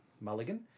Mulligan